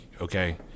okay